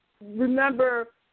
remember